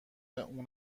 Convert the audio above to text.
اون